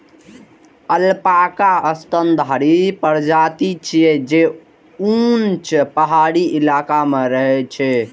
alpaca स्तनधारी प्रजाति छियै, जे ऊंच पहाड़ी इलाका मे रहै छै